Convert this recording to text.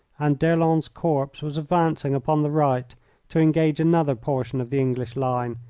and d'erlon's corps was advancing upon the right to engage another portion of the english line,